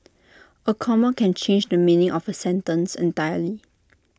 A comma can change the meaning of A sentence entirely